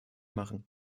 machen